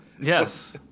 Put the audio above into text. Yes